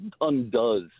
undoes